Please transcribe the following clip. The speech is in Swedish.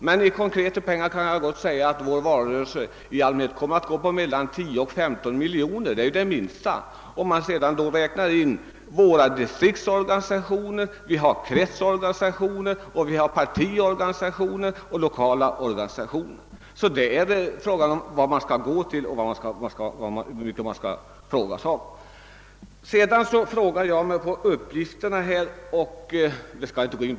Men jag kan lämna den konkreta upplysningen, att en valrörelse för oss i allmänhet kostar mellan 10 och 15 miljoner kronor. Det är det minsta. Men därtill kan man naturligtvis räkna in vad valrörelsen kostar i våra distriktsorganisationer, kretsorganisationer och lokalorganisationer. Det hela är alltså en fråga om hur långt ner i organisationen man skall gå.